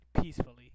peacefully